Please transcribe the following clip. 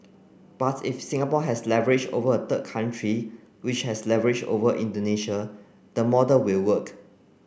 but if Singapore has leverage over a third country which has leverage over Indonesia the model will work